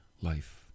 life